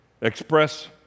Express